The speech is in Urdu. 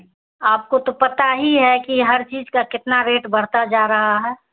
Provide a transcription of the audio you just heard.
آپ کو تو پتہ ہی ہے کہ ہر چیز کا کتنا ریٹ بڑھتا جا رہا ہے